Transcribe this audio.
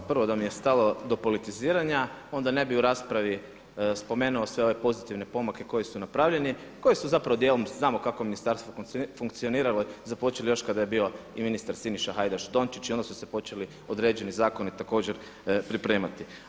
Kao prvo, da mi je stalo do politiziranja onda ne bih u raspravi spomenuo sve ove pozitivne pomake koji su napravljeni koji su zapravo dijelom, znamo kako je ministarstvo funkcioniralo, započeli još kada je bio i ministar Siniša Hajdaš-Dončić i onda su se počeli određeni zakoni također pripremati.